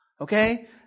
Okay